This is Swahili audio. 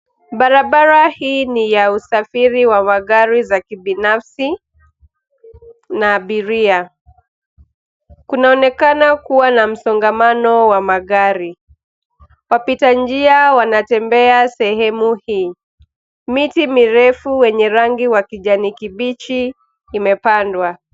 Barabara hii ni ya usafiri wa magari za kibinafsi na abiria. Kunaonekana kuwa na msongamano wa magari. Wapita njia wanatembea sehemu hii. Miti mirefu wenye rangi wa kijani kibichi imepandwa.